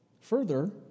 Further